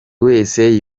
wese